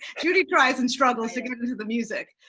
judy tries and struggles to get into the music.